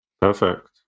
perfect